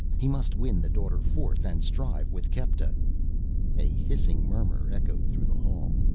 he must win the daughter forth and strive with kepta a hissing murmur echoed through the hall.